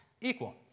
equal